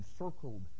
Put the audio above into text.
encircled